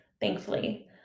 thankfully